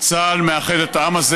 צה"ל מאחד את העם הזה